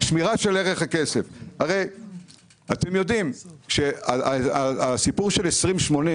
הרי אתם יודעים שהסיפור של 20/80,